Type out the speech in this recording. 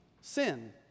sin